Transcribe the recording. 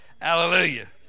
Hallelujah